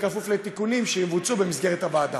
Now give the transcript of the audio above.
בכפוף לתיקונים שיבוצעו במסגרת הוועדה.